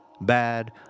bad